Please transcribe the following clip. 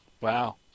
Wow